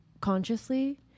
consciously